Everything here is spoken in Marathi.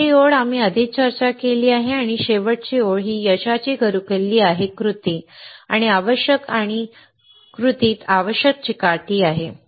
दुसरी ओळ आम्ही आधीच चर्चा केली आहे आणि शेवटची ओळ ही यशाची गुरुकिल्ली आहे कृती आणि आवश्यक आणि कृतीत आवश्यक चिकाटी आहे